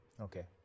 Okay